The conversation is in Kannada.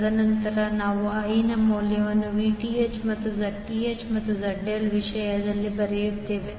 ತದನಂತರ ನಾವು I ನ ಮೌಲ್ಯವನ್ನು Vth ಮತ್ತು Zth ಮತ್ತು ZL ವಿಷಯದಲ್ಲಿ ಬರೆಯುತ್ತೇವೆ